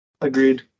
agreed